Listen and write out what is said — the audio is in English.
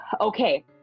Okay